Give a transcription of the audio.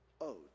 owed